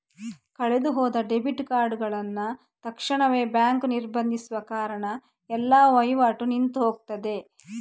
ಕಳೆದು ಹೋದ ಡೆಬಿಟ್ ಕಾರ್ಡುಗಳನ್ನ ತಕ್ಷಣವೇ ಬ್ಯಾಂಕು ನಿರ್ಬಂಧಿಸುವ ಕಾರಣ ಎಲ್ಲ ವೈವಾಟು ನಿಂತು ಹೋಗ್ತದೆ